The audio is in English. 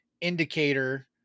indicator